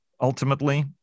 ultimately